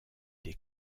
des